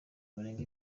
barenga